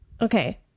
Okay